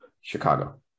Chicago